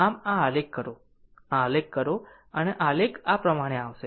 આમ જો આ આલેખ કરો જો આ આલેખ કરો તો આનો આલેખ આ પ્રમાણે આવશે